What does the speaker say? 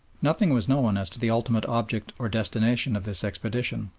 nothing was known as to the ultimate object or destination of this expedition,